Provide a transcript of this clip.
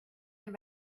had